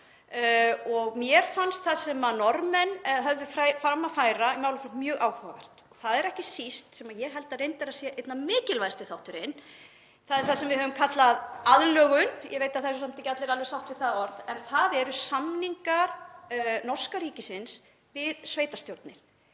og mér fannst það sem Norðmenn höfðu fram að færa í málaflokknum mjög áhugavert. Það er ekki síst, sem ég held reyndar að sé einna mikilvægasti þátturinn, það sem við höfum kallað aðlögun. Ég veit að það eru ekki allir alveg sáttir við það orð, en það eru samningar norska ríkisins við sveitarstjórnir